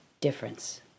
difference